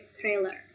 trailer